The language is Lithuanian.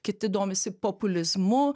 kiti domisi populizmu